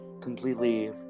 completely